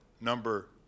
number